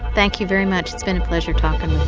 thank you very much it's been a pleasure talking with